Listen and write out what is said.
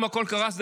אם הכול קרס,